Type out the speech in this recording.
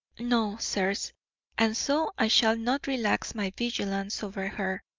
no, sirs and so i shall not relax my vigilance over her,